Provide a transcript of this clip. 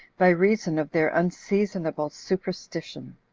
by reason of their unseasonable superstition.